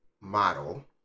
model